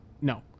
no